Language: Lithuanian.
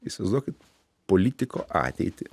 įsivaizduokit politiko ateitį